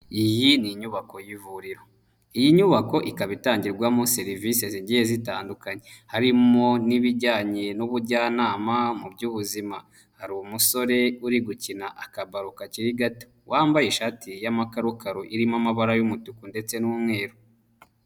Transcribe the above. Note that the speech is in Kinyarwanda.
Iyi ni inyubako y'ivuriro, iyi nyubako ikaba itangirwamo serivisi zigiye zitandukanye, harimo n'ibijyanye n'ubujyanama mu by'ubuzima, hari umusore uri gukina akabaro kakiri gato, wambaye ishati y'amakarakaro irimo amabara y'umutuku ndetse n'umweru.